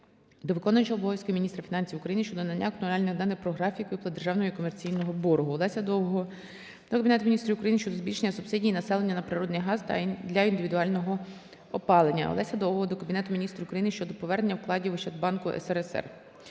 до виконувача обов'язків міністра фінансів України щодо надання актуальних даних про графік виплати Державного і комерційного боргу. Олеся Довгого до Кабінету Міністрів України щодо збільшення субсидій населенню на природній газ для індивідуального опалення. Олеся Довгого до Кабінету Міністрів України щодо повернення вкладів в Ощадбанку СРСР.